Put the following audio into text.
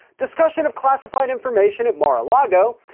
discussion of classified information at mar-a-lago,